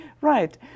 Right